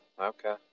okay